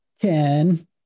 Ten